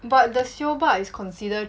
but the sio ba is considered